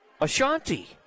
Ashanti